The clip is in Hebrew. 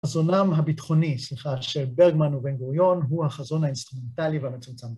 חזונם הביטחוני, סליחה, של ברגמן ובן גוריון הוא החזון האינסטרומנטלי והמצומצם.